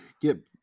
Get